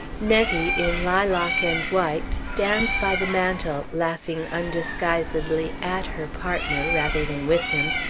nettie, in lilac and white, stands by the mantel laughing undisguisedly at her partner, rather than with him,